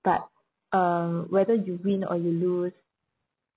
but uh whether you win or you lose